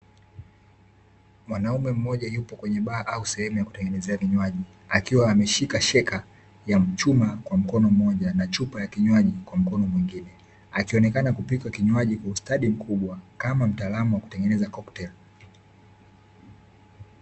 Mwanaume mmoja yuko kwenye baa au sehemu ya kutengenezea vinywaji, akiwa ameshika sheka ya mchuma kwa mkono mmoja na chupa ya kinywaji kwa mkono mwingine, akionekana kupika kinywaji kwa ustadi mkubwa kama utaalamu wa kutengeneza kokteli.